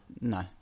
No